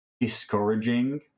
discouraging